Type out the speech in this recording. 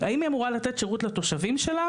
האם היא אמורה לתת שירות לתושבים שלה